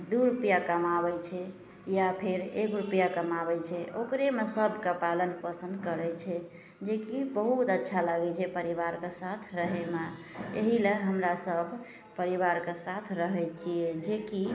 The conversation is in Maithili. दुइ रुपैआ कमाबै छै या फेर एक रुपैआ कमाबै छै ओकरेमे सभके पालन पोषण करै छै जेकि बहुत अच्छा लागै छै परिवारके साथ रहैमे एहिले हमरासभ परिवारके साथ रहै छिए जेकि